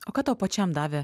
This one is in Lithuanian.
o ką tau pačiam davė